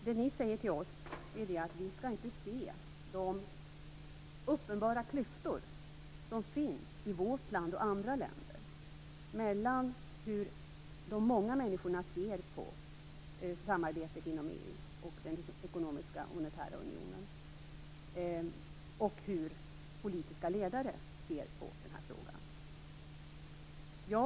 Det de säger till oss är att vi inte skall se de uppenbara klyftor som finns i vårt land och i andra länder. Klyftan finns mellan hur de många människorna ser på samarbetet inom EU och den ekonomiska monetära unionen och hur politiska ledare ser på frågan.